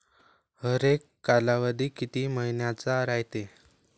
हरेक कालावधी किती मइन्याचा रायते?